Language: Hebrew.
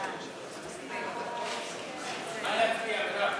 ההצעה להעביר את הצעת חוק להסדרת התיירות הרפואית בישראל,